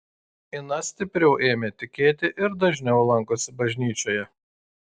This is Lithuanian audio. ina stipriau ėmė tikėti ir dažniau lankosi bažnyčioje